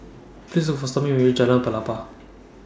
Please Look For Stormy when YOU REACH Jalan Pelepah